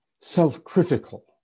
self-critical